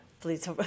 please